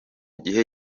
gihe